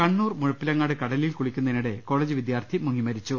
കണ്ണൂർ മുഴപ്പിലങ്ങാട് കടലിൽ കുളിക്കുന്നതിനിടെ കോളജ് വിദ്യാർത്ഥി മുങ്ങി മരിച്ചു